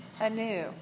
anew